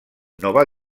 nova